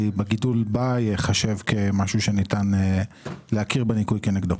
הגידול בה ייחשב כמשהו שניתן להכיר בניכוי כנגדו.